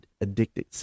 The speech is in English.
addicted